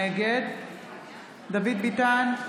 נגד דוד ביטן,